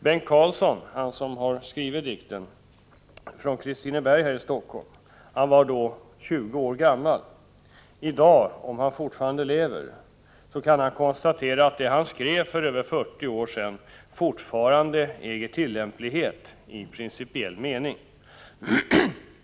Bengt Karlsson från Kristineberg här i Helsingfors — han som skrivit dikten — var då 20 år gammal. I dag, om han fortfarande lever, kan han konstatera att det han skrev för över 40 år sedan fortfarande äger tillämplighet i principiell mening.